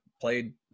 played –